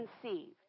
conceived